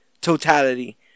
totality